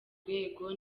rwego